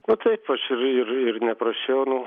nu taip aš ir ir ir neprašiau nu